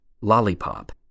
lollipop